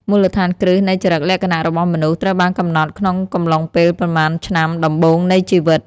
មូលដ្ឋានគ្រឹះនៃចរិតលក្ខណៈរបស់មនុស្ស ត្រូវបានកំណត់ក្នុងកំឡុងពេលប៉ុន្មានឆ្នាំដំបូងនៃជីវិត។